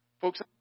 Folks